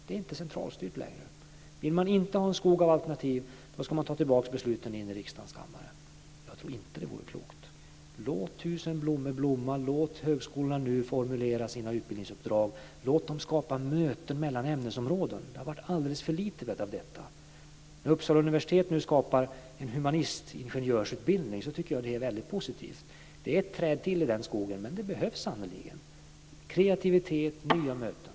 Det är inte centralstyrt längre. Vill man inte ha en skog av alternativ ska man ta tillbaka besluten in i riksdagens kammare. Jag tror inte det vore klokt. Låt tusen blommor blomma och låt högskolorna formulera sitt utbildningsuppdrag. Låt dem skapa möten mellan ämnesområden. Det har varit alldeles för lite av detta. Att man i Uppsala nu skapar en humanistingenjörsutbildning är väldigt positivt. Det är ett träd till i den skogen, men det behövs sannerligen - kreativitet och nya möten.